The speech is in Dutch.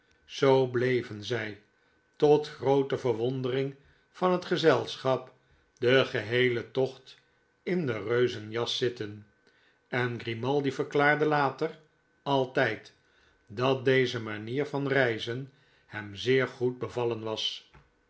zoo bleven zij tot groote verwondering van het gezelschap den geheelen tocht in de reuzenjas zitten en grimaldi verklaarde later altijd dat deze manier van reizen hem zeer goed bevallen was